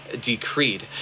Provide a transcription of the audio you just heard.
decreed